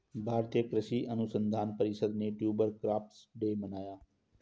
भारतीय कृषि अनुसंधान परिषद ने ट्यूबर क्रॉप्स डे मनाया